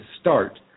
start